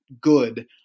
good